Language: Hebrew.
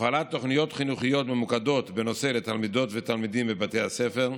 הפעלת תוכניות חינוכיות ממוקדות בנושא לתלמידות ותלמידים בבתי הספר,